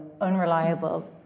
unreliable